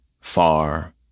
far